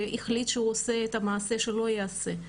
שהחליט שהוא עושה את המעשה שלא ייעשה,